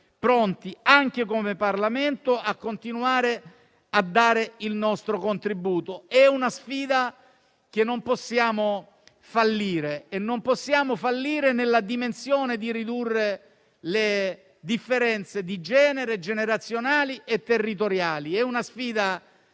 pronti, anche come Parlamento, a continuare a dare il nostro contributo. È una sfida che non possiamo fallire. Non possiamo fallire nella riduzione delle differenze di genere, generazionali e territoriali. È una sfida